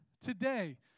today